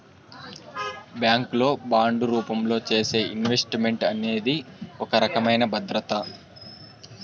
bank లో bond రూపంలో చేసే ఇన్వెస్ట్ మెంట్ అనేది ఒక రకమైన భద్రత